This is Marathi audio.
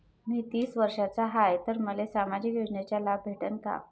मी तीस वर्षाचा हाय तर मले सामाजिक योजनेचा लाभ भेटन का?